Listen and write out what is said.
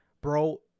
bro